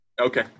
Okay